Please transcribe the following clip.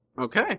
Okay